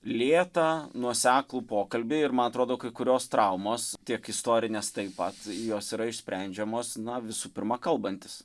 lėtą nuoseklų pokalbį ir man atrodo kai kurios traumos tiek istorinės taip pat jos yra išsprendžiamos na visų pirma kalbantis